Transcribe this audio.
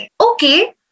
Okay